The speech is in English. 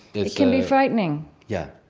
it can be frightening yeah,